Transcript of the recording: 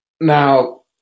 Now